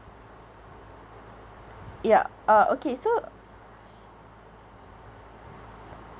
ya uh okay so